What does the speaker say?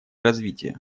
развития